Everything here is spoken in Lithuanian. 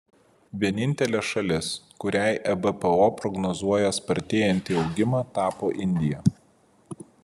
vienintelė šalis kuriai ebpo prognozuoja spartėjantį augimą tapo indija